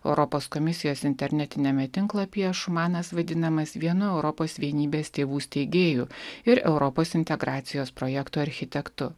europos komisijos internetiniame tinklapyje šumanas vadinamas vienu europos vienybės tėvų steigėjų ir europos integracijos projekto architektu